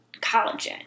collagen